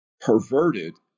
perverted